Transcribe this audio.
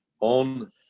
on